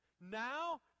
Now